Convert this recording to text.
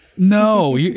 No